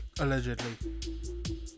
allegedly